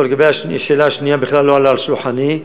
לגבי השאלה השנייה, בכלל לא עלה על שולחני,